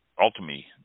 ultimately